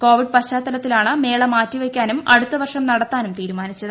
Covid പശ്ചാത്തലത്തിലാണ് മേള മാറ്റി വയ്ക്കാനും അടുത്തവർഷം നടത്താനും തീരുമാനിച്ചത്